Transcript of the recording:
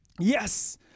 Yes